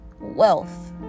Wealth